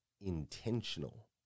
intentional